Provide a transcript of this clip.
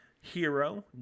Hero